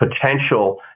potential